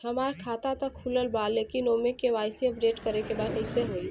हमार खाता ता खुलल बा लेकिन ओमे के.वाइ.सी अपडेट करे के बा कइसे होई?